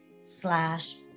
slash